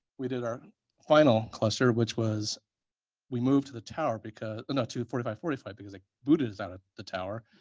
we did our final cluster, which was we moved to the tower because no, to forty five forty five, because they booted us out of ah the tower.